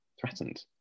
threatened